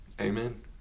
Amen